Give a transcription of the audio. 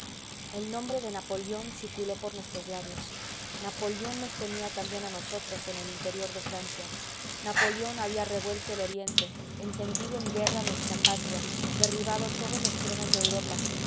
el nombre de napoleón circuló por nuestros labios napoleón nos tenía también a nosotros en el interior de francia napoleón había revuelto el oriente encendido en guerra nuestra patria derribado todos los tronos de europa